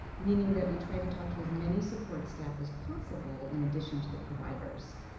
meaning that we try to talk to as many support staff as possible in addition to the providers.